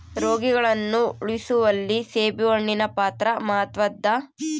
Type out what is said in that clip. ರೋಗಿಗಳನ್ನು ಉಳಿಸುವಲ್ಲಿ ಸೇಬುಹಣ್ಣಿನ ಪಾತ್ರ ಮಾತ್ವದ್ದಾದ